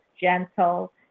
gentle